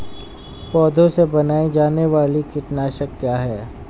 पौधों से बनाई जाने वाली कीटनाशक क्या है?